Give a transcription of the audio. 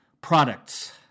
products